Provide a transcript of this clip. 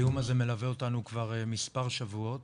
האיום הזה מלווה אותנו כבר מספר שבועות